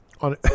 on